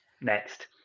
Next